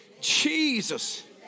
Jesus